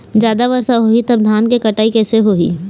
जादा वर्षा होही तब धान के कटाई कैसे होही?